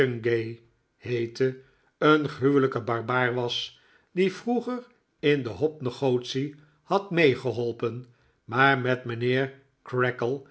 heette een gruwelijke barbaar was die vroeger in de hop negotie had meegeholpen maar met mijnheer